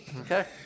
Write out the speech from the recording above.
Okay